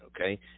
okay